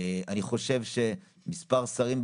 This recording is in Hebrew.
היא החוסן.